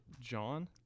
John